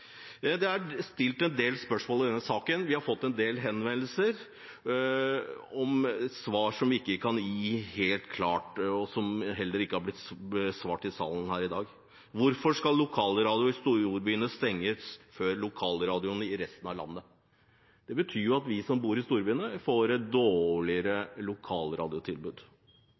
Det er stilt en del spørsmål i denne saken, og vi har fått en del henvendelser om svar som ikke har vært helt klare, og som heller ikke har blitt besvart i salen her i dag. Hvorfor skal lokalradioer i storbyene stenges før lokalradioene i resten av landet? Det betyr jo at vi som bor i storbyene, får et dårligere